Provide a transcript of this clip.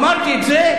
אמרתי את זה,